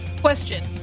Question